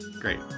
great